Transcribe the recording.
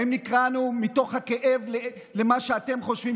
האם נקראנו מתוך הכאב של מה שאתם חושבים,